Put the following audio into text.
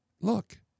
Look